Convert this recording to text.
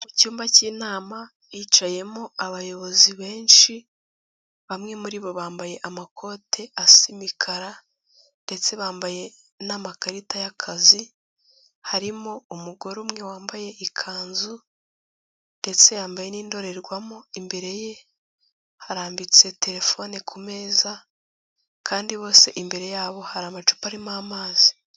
Mu cyumba cy'inama hicayemo abayobozi benshi, bamwe muri bo bambaye amakote asa imikara ndetse bambaye n'amakarita y'akazi, harimo umugore umwe wambaye ikanzu ndetse yambaye n'indorerwamo, imbere ye harambitse terefone ku meza kandi bose imbere yabo hari amacupa arimo amazi.